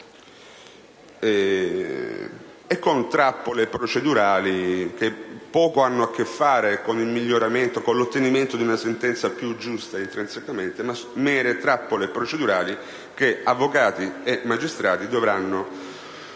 e trappole procedurali che poco hanno a che fare con l'ottenimento di una sentenza intrinsecamente più giusta, mere trappole procedurali con cui avvocati e magistrati dovranno